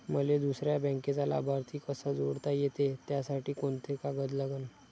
मले दुसऱ्या बँकेचा लाभार्थी कसा जोडता येते, त्यासाठी कोंते कागद लागन?